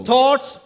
Thoughts